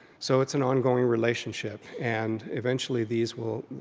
so it's an ongoing relationship. and eventually these will,